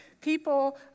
people